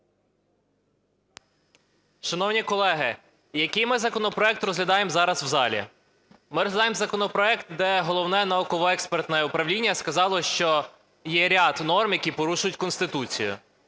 Шановні колеги, який ми законопроект розглядаємо зараз у залі? Ми розглядаємо законопроект, де Головне науково-експертне управління сказало, що є ряд норм, які порушують Конституцію.